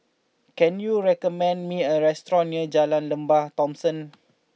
can you recommend me a restaurant near Jalan Lembah Thomson